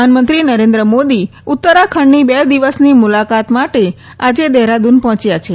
પ્રધાનમંત્રી નરેન્દ્ર મોદ ઉત્તરાખંડની બે દિવસની મુલાકાત માટે દહેરાદુન પહોંચ્યા છે